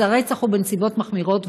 אז הרצח הוא בנסיבות מחמירות,